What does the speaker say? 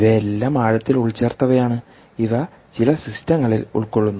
ഇവയെല്ലാം ആഴത്തിൽ ഉൾച്ചേർത്തവയാണ് ഇവ ചില സിസ്റ്റങ്ങളിൽ ഉൾക്കൊള്ളുന്നു